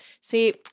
See